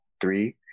three